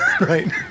right